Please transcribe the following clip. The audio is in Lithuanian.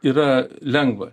yra lengva